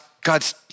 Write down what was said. God's